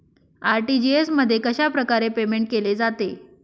RTGS मध्ये कशाप्रकारे payment केले जाते?